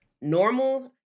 normal